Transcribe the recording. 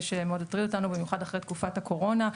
במיוחד אחרי תקופת הקורונה.